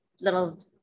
little